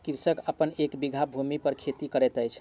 कृषक अपन एक बीघा भूमि पर खेती करैत अछि